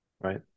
right